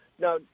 Now